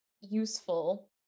useful